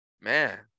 Man